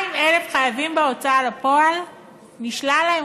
200,000 חייבים בהוצאה לפועל נשלל להם